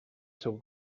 segur